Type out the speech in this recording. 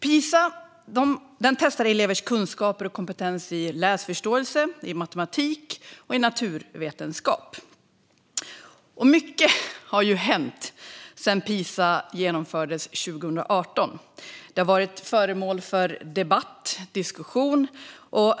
Pisa testar elevers kunskaper och kompetens i läsförståelse, matematik och naturvetenskap. Mycket har hänt sedan Pisa genomfördes 2018. Den har varit föremål för debatt och diskussion.